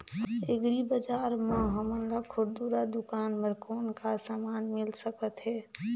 Agri बजार म हमन ला खुरदुरा दुकान बर कौन का समान मिल सकत हे?